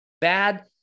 bad